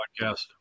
podcast